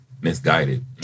Misguided